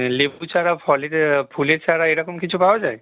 লেবু চারা ফলের ফুলের চারা এরকম কিছু পাওয়া যায়